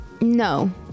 No